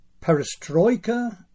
Perestroika